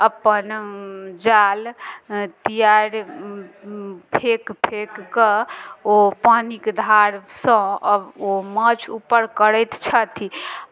अपन जाल तियार फेकि फेकि कऽ ओ पानिके धारसँ ओ माछ ऊपर करैत छथि